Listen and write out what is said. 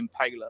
Impaler